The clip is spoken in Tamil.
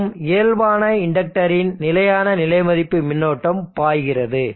மற்றும் இயல்பான இண்டக்டரின் நிலையான நிலை மதிப்பு மின்னோட்டம் பாய்கிறது